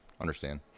Understand